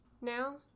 now